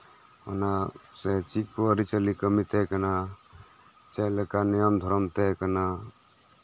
ᱚᱱᱟ ᱥᱮ ᱪᱮᱫ ᱠᱚ ᱟᱹᱨᱤᱪᱟᱹᱞᱤ ᱠᱟᱹᱢᱤ ᱛᱟᱦᱮᱸᱠᱟᱱᱟ ᱪᱮᱫᱞᱮᱠᱟ ᱱᱤᱭᱚᱢᱼᱫᱷᱚᱨᱚᱢ ᱛᱟᱦᱮᱸᱠᱟᱱᱟ